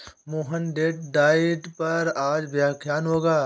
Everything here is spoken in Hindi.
मोहन डेट डाइट पर आज व्याख्यान होगा